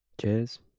Cheers